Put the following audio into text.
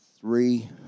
three